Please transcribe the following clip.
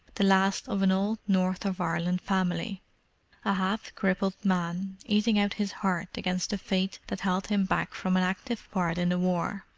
the last of an old north of ireland family a half-crippled man, eating out his heart against the fate that held him back from an active part in the war.